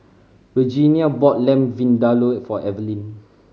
Regenia bought Lamb Vindaloo for Evelin